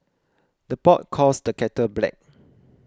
the pot calls the kettle black